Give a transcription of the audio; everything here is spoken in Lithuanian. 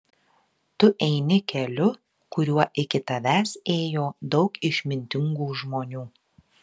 tu eini keliu kuriuo iki tavęs ėjo daug išmintingų žmonių